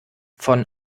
von